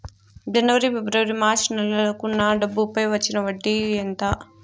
జనవరి, ఫిబ్రవరి, మార్చ్ నెలలకు నా డబ్బుపై వచ్చిన వడ్డీ ఎంత